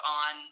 on